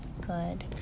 Good